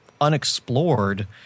unexplored